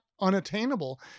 unattainable